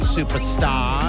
Superstar